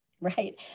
Right